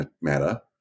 matter